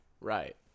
Right